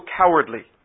cowardly